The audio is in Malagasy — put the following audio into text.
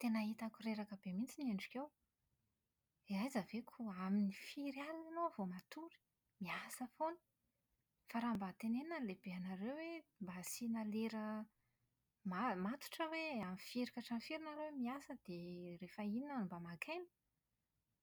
Tena hitako reraka be mihitsy ny endrikao. Eh aiza ve ka amin'ny firy alina ianao vao matory! Miasa foana! Fa raha mba tenenina ny lehibenareo hoe mba asiana lera ma- matotra hoe amin'ny firy ka hatramin'ny firy ianareo no miasa dia rehefa inona no mba maka aina?